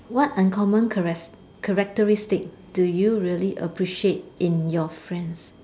what uncommon charas~ characteristic do you really appreciate in your friends